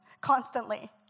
constantly